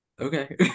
Okay